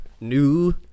new